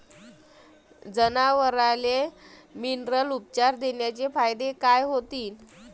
जनावराले मिनरल उपचार देण्याचे फायदे काय होतीन?